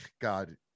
god